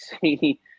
see